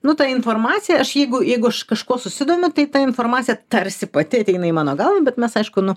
nu ta informacija aš jeigu jeigu aš kažkuo susidomiu tai ta informacija tarsi pati ateina į mano galvą bet mes aišku nu